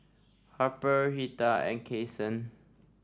Harper Lita and Kason